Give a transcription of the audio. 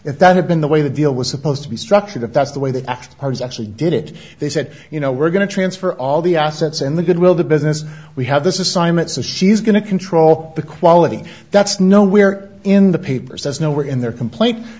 if that had been the way the deal was supposed to be structured if that's the way the act arms actually did it they said you know we're going to transfer all the assets and the goodwill the business we have this is simon so she's going to control the quality that's nowhere in the paper says no where in their complaint